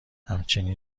همچین